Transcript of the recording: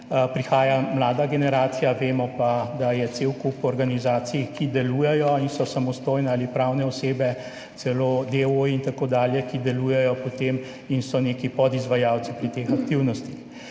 prihaja mlada generacija, vemo pa, da je cel kup organizacij, ki delujejo in so ali samostojne pravne osebe, celo deooji in tako dalje, ki delujejo potem in so neki podizvajalci pri teh aktivnostih.